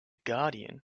guardian